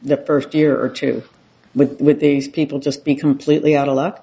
the first year or two with with these people just be completely out of luck